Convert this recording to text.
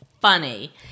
funny